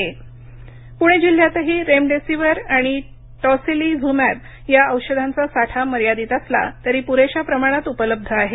प्रणे जिल्हा औषधे प्रणे जिल्ह्यातही रेमडेसिव्हिर आणि टॉसिलिझ्मॅब या औषधांचा साठा मर्यादित असला तरी प्रेशा प्रमाणात उपलब्ध आहे